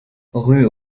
rue